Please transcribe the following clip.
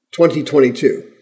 2022